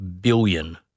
billion